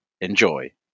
Enjoy